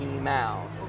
Mouse